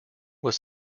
was